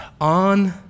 on